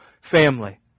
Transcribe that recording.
family